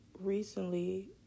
recently